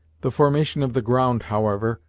the formation of the ground, however,